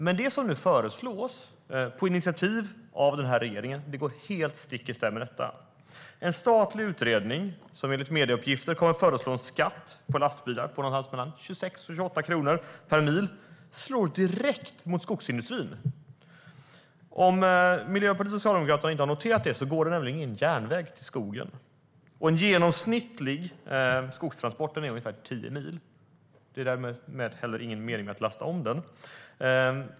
Men det som nu föreslås på initiativ av den här regeringen går stick i stäv med detta. En statlig utredning som enligt medieuppgifter kommer att föreslå en skatt på lastbilar på någonstans mellan 26 och 28 kronor per mil slår direkt mot skogsindustrin. Det går nämligen, vilket Miljöpartiet och Socialdemokraterna kanske inte har noterat, ingen järnväg till skogen. En genomsnittlig skogstransport är på ungefär tio mil. Därmed är det heller ingen mening med att lasta om den.